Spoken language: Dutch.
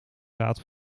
raad